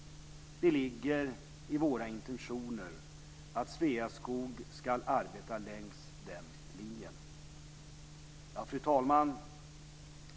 Det ligger i våra intentioner att Sveaskog ska arbeta längs den linjen. Fru talman!